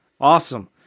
Awesome